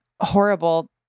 horrible